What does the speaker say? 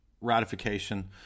ratification